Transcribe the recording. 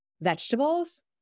vegetables